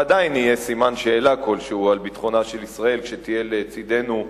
ועדיין יהיה סימן שאלה כלשהו על ביטחונה של ישראל כשתהיה לצדנו,